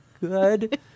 good